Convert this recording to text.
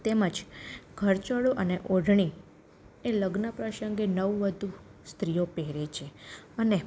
તેમજ ઘરચોળું અને ઓઢણી એ લગ્ન પ્રસંગે નવવધૂ સ્ત્રીઓ પહેરે છે અને